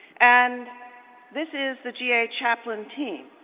and this is the ga chaplain team.